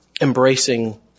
embracing